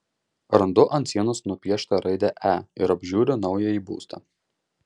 randu ant sienos nupieštą raidę e ir apžiūriu naująjį būstą